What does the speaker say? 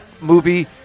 movie